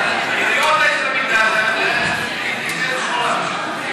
את יריעות בית המקדש, עם עז שחורה.